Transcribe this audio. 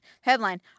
Headline